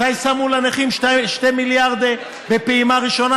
מתי שמו לנכים 2 מיליארד בפעימה ראשונה?